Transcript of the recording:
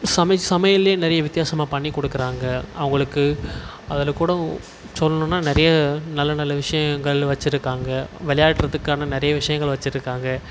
சம சமையல்லேயே நிறைய வித்தியாசமாக பண்ணி கொடுக்கிறாங்க அவங்களுக்கு அதில் கூட சொல்லனும்ன்னா நிறைய நல்ல நல்ல விஷயங்கள் வச்சிருக்காங்க விளையாடுறதுக்கான நிறைய விஷயங்கள் வச்சிருக்காங்க